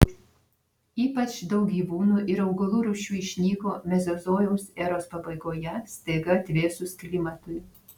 ypač daug gyvūnų ir augalų rūšių išnyko mezozojaus eros pabaigoje staiga atvėsus klimatui